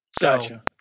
Gotcha